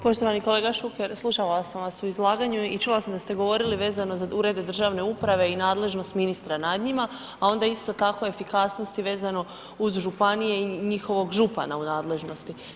Poštovani kolega Šuker, slušala sam vas u izlaganju i čula sam da ste govorili vezano za ured državne uprave i nadležnost ministra nad njima, a onda isto tako efikasnosti vezano uz županije i njihovog župana u nadležnosti.